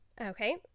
Okay